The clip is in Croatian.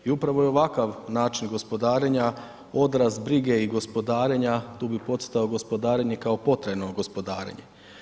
I upravo je ovakav način gospodarenja odraz brige i gospodarenja, tu bi podcrtao gospodarenje kao potajno gospodarenje.